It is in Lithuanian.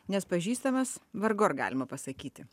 nes pažįstamas vargu ar galima pasakyti